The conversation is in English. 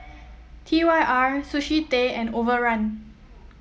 T Y R Sushi Tei and Overrun